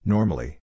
Normally